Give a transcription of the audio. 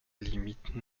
limite